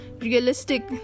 realistic